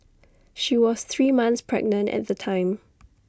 she was three months pregnant at the time